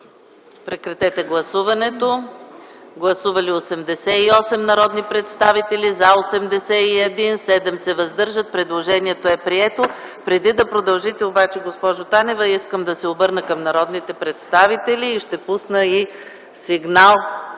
редакцията на комисията. Гласували 88 народни представители: за 81, против няма, въздържали се 7. Предложението е прието. Преди да продължите обаче, госпожо Танева, искам да се обърна към народните представители – ще пусна и сигнал